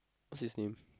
what's his name